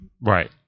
Right